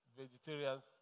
vegetarians